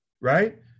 Right